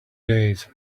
days